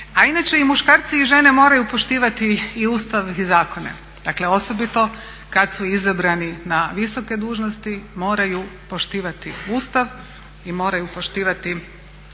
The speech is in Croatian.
A inače i muškarci i žene moraju poštivati i Ustav i zakone, dakle osobito kad su izabrani na visoke dužnosti moraju poštivati Ustav i moraju poštivati